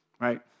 right